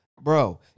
bro